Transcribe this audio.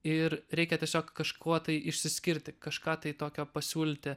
ir reikia tiesiog kažkuo tai išsiskirti kažką tai tokio pasiūlyti